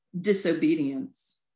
disobedience